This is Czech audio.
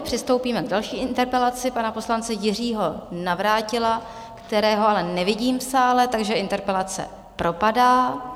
Přistoupíme k další interpelaci pana poslance Jiřího Navrátila, kterého ale nevidím v sále, takže interpelace propadá.